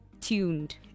tuned